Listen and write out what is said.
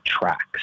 tracks